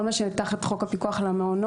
כל מה שתחת חוק הפיקוח על המעונות,